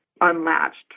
unlatched